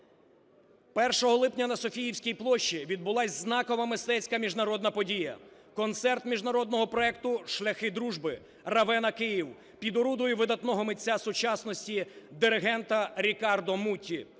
1 липня на Софійській площі відбулась знакова мистецька міжнародна подія – концерт Міжнародного проекту "Шляхи дружби. Равенна-Київ" під орудою видатного митця сучасності – диригента Рікардо Муті